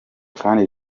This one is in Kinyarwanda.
kandi